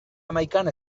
hamaikan